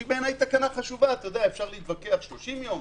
שבעיניי היא חשובה אפשר להתווכח - 30 יום,